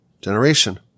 generation